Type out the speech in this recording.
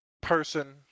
person